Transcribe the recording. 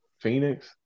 Phoenix